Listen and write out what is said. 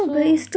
so